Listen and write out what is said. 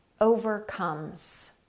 overcomes